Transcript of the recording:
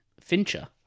Fincher